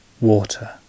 Water